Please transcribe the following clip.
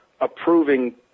approving